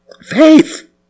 Faith